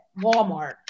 Walmart